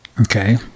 Okay